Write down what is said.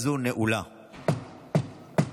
נתקבלה בקריאה השנייה והשלישית ותיכנס לספר